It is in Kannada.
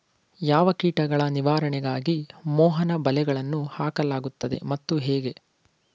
ಯಾವ ಕೀಟಗಳ ನಿವಾರಣೆಗಾಗಿ ಮೋಹನ ಬಲೆಗಳನ್ನು ಹಾಕಲಾಗುತ್ತದೆ ಮತ್ತು ಹೇಗೆ?